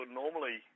normally